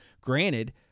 granted